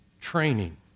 training